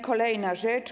Kolejna rzecz.